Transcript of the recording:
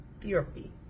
therapy